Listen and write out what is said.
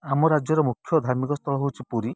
ଆମ ରାଜ୍ୟର ମୁଖ୍ୟ ଧାର୍ମିକ ସ୍ଥଳ ହେଉଛି ପୁରୀ